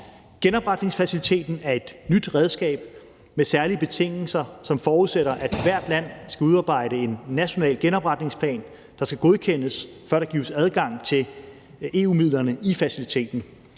Genopretningsfaciliteten er et nyt redskab med særlige betingelser, som forudsætter, at ethvert land skal udarbejde en national genopretningsplan, der skal godkendes, før der gives adgang til EU-midlerne i faciliteten.